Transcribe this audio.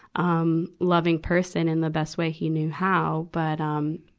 um, loving person in the best way he knew how. but, um,